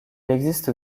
existe